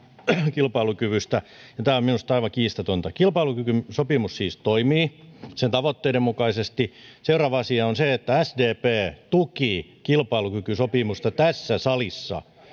kilpailukyvystä ja tämä on minusta aivan kiistatonta kilpailukykysopimus siis toimii sen tavoitteiden mukaisesti seuraava asia on se että sdp tuki kilpailukykysopimusta tässä salissa